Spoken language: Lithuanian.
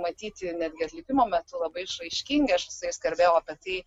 matyt ir netgi atlikimo metu labai išraiškingi aš su jais kalbėjau apie tai